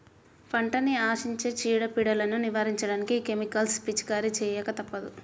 పంటని ఆశించే చీడ, పీడలను నివారించడానికి కెమికల్స్ పిచికారీ చేయక తప్పదు